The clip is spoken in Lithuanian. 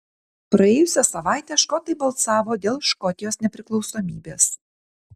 praėjusią savaitę škotai balsavo dėl škotijos nepriklausomybės